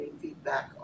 feedback